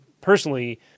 personally